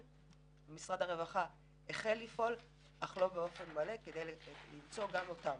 משרד הרווחה החל לפעול לא באופן מלא כדי למצוא גם אותם,